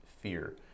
fear